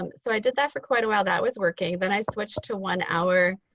um so i did that for quite awhile, that was working. then i switched to one hour